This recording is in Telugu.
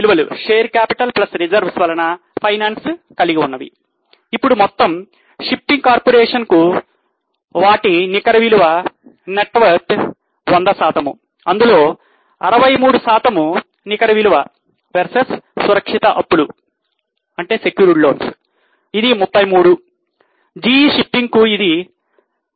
GE షిప్పింగ్ కు ఇది 53 వర్సెస్ 43